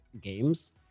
games